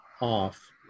off